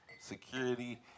security